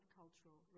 cultural